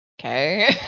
okay